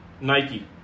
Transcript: Nike